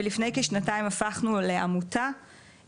לפני כשנתיים הפכנו לעמותה,